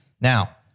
now